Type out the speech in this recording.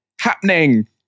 happening